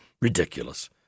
Ridiculous